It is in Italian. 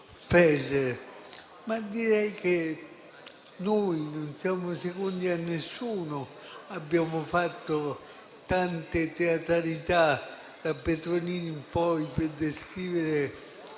Direi che noi non siamo secondi a nessuno; abbiamo fatto tante teatralità da Petrolini in poi per descrivere